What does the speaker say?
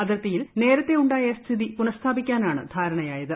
അതിർത്തിയിൽ നേരത്തെ ഉണ്ടായ സ്ഥിതി പുനസ്ഥാപിക്കാനാണ് ധാരണയായത്